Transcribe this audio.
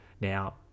Now